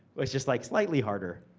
it's just like slightly harder.